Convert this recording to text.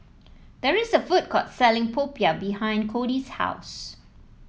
there is a food court selling Popiah behind Codi's house